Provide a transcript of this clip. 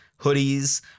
hoodies